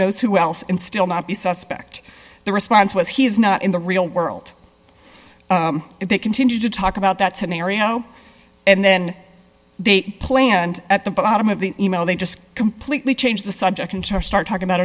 knows who else and still not be suspect the response was he is not in the real world if they continue to talk about that tomorrow and then they play and at the bottom of the email they just completely change the subject into our start talking about